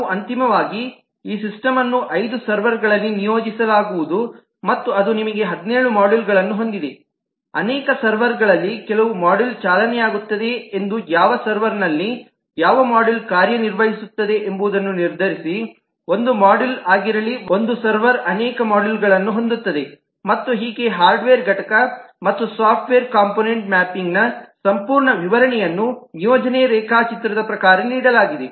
ನಾವು ಅಂತಿಮವಾಗಿ ಈ ಸಿಸ್ಟಮ್ನ್ನು ಐದು ಸರ್ವರ್ಗಳಲ್ಲಿ ನಿಯೋಜಿಸಲಾಗುವುದು ಮತ್ತು ಅದು ನಿಮಗೆ 17 ಮಾಡ್ಯೂಲ್ಗಳನ್ನು ಹೊಂದಿದೆ ಅನೇಕ ಸರ್ವರ್ಗಳಲ್ಲಿ ಕೆಲವು ಮಾಡ್ಯೂಲ್ ಚಾಲನೆಯಾಗುತ್ತದೆಯೇ ಎಂದು ಯಾವ ಸರ್ವರ್ನಲ್ಲಿ ಯಾವ ಮಾಡ್ಯೂಲ್ ಕಾರ್ಯನಿರ್ವಹಿಸುತ್ತದೆ ಎಂಬುದನ್ನು ನಿರ್ಧರಿಸಿ ಒಂದು ಮಾಡ್ಯೂಲ್ ಆಗಿರಲಿ ಒಂದು ಸರ್ವರ್ ಅನೇಕ ಮಾಡ್ಯೂಲ್ಗಳನ್ನು ಹೊಂದುತ್ತದೆ ಮತ್ತು ಹೀಗೆ ಹಾರ್ಡ್ವೇರ್ ಘಟಕ ಮತ್ತು ಸಾಫ್ಟ್ವೇರ್ ಕಾಂಪೊನೆಂಟ್ ಮ್ಯಾಪಿಂಗ್ನ ಸಂಪೂರ್ಣ ವಿವರಣೆಯನ್ನು ನಿಯೋಜನೆ ರೇಖಾಚಿತ್ರದ ಪ್ರಕಾರ ನೀಡಲಾಗಿದೆ